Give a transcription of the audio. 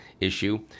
issue